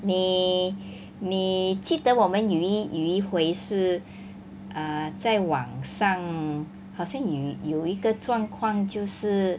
你你记得我们有一有一回是 err 在网上好像有有一个状况就是